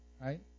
right